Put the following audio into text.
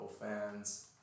fans